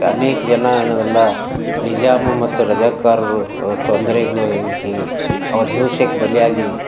ಅನೇಕ ಜನ ಏನದಲ್ಲಾ ನಿಜಾಮ್ ಮತ್ತು ರಜಾಕಾರ್ರು ತೊಂದರೆ ಗಗಿ ಅವರ ಹಿಂಸೆಗೆ ಬಲಿಯಾಗಿ